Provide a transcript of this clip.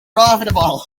profitable